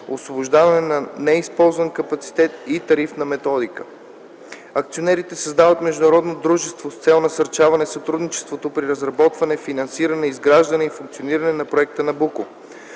освобождаване на неизползван капацитет и тарифната методика. Акционерите създават международно дружество с цел насърчаване сътрудничеството при разработване, финансиране, изграждане и функциониране на проекта „Набуко”.